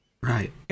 Right